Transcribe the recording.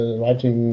writing